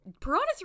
piranha